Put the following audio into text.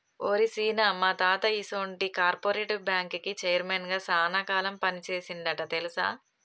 ఓరి సీన, మా తాత ఈసొంటి కార్పెరేటివ్ బ్యాంకుకి చైర్మన్ గా సాన కాలం పని సేసిండంట తెలుసా